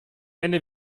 ende